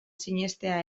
sinestea